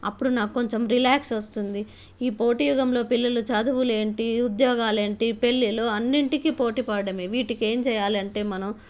అప్పుడు నాకు కొంచెం రిలాక్స్ వస్తుంది ఈ పోటీయుగంలో పిల్లలు చదువులేంటి ఉద్యోగాలు ఏంటి పెళ్ళిళ్ళు అన్నింటికి పోటీ పడడం వీటికి ఏమి చేయాలి అంటే మనం